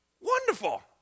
Wonderful